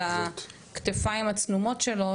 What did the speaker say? על הכתפיים הצנומות שלו,